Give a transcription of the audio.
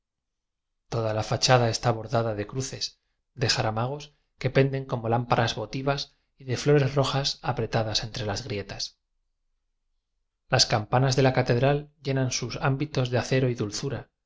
toda la fachada está bordada de cruces de jaramagos que penden como lámparas votivas y de flores rojas apretadas entre las grietas las campanas de la catedral llenan sus ámbitos de acero y dulzura